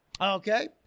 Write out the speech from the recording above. Okay